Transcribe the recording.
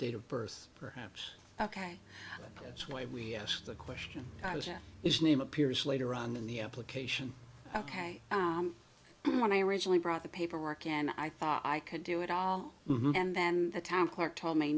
date of birth perhaps ok that's why we asked the question i was in his name appears later on in the application ok when i originally brought the paperwork and i thought i could do it all and then the time clerk told me